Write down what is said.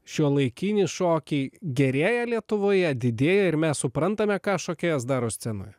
šiuolaikinį šokį gerėja lietuvoje didėja ir mes suprantame ką šokėjas daro scenoje